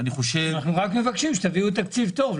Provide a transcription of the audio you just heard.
אני חושב --- אנחנו רק מבקשים שתביאו תקציב טוב,